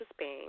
Spain